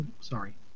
sorry